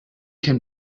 can